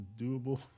doable